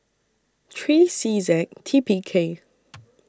three C Z T P K